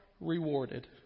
rewarded